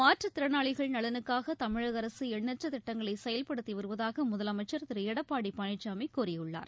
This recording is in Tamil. மாற்றுத்திறனாளிகள் நலனுக்காகதமிழகஅரசுஎண்ணற்றதிட்டங்களைசெயல்படுத்திவருவதாகமுதலமைச்சர் திருஎடப்பாடிபழனிசாமிகூறியுள்ளார்